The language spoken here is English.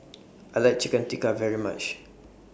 I like Chicken Tikka very much